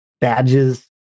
Badges